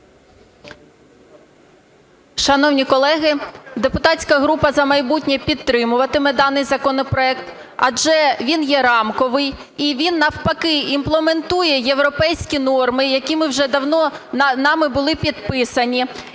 Шановні колеги, депутатська група "За майбутнє" підтримуватиме даний законопроект адже він є рамковий, і він навпаки імплементує європейські норми, які ми вже давно, нами були підписані.